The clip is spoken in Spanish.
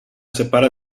separa